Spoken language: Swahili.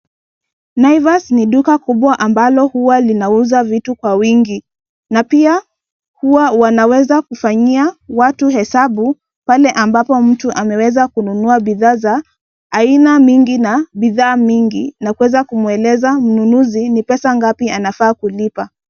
Naivas ni duka kubwa ambalo huwa linauza vitu kwa wingi na pia huwa wanaweza kufanyia watu hesabu pale ambapo mtu ameweza kununua bidhaa za aina mingi na bidhaa nyingi na kuweza kumueleza mnunuzi ni pesa ngapi anafaa kulipa.